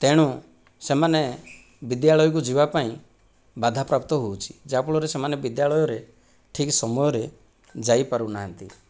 ତେଣୁ ସେମାନେ ବିଦ୍ୟାଳୟକୁ ଯିବାପାଇଁ ବାଧାପ୍ରାପ୍ତ ହେଉଛି ଯାହାଫଳରେ ସେମାନେ ବିଦ୍ୟାଳୟରେ ଠିକ୍ ସମୟରେ ଯାଇପାରୁନାହାଁନ୍ତି